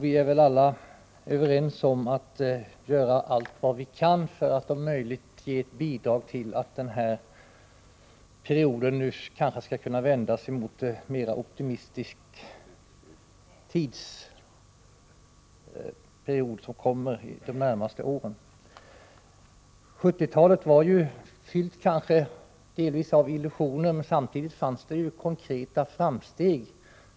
Vi är väl alla överens om att vi skall göra allt vad vi kan för att om möjligt bidra till att denna mörka period nu kan vändas en ljusare, där vi kan se mera optimistiskt på de närmast kommande åren. 1970-talet var kanske delvis fyllt av illusioner, men samtidigt gjordes det konkreta framsteg.